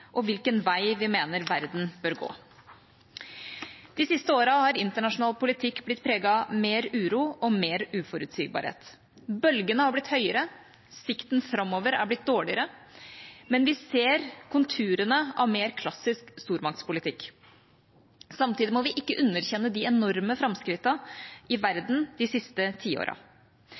og hvilken vei vi mener verden bør gå. De siste årene er internasjonal politikk blitt preget av mer uro og mer uforutsigbarhet. Bølgene er blitt høyere. Sikten framover er blitt dårligere. Men vi ser konturene av mer klassisk stormaktspolitikk. Samtidig må vi ikke underkjenne de enorme framskrittene i verden de siste